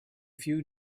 few